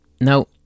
now